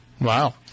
Wow